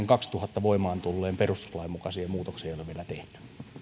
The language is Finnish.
kaksituhatta voimaan tulleen perustuslain mukaisia muutoksia ei ole vielä tehty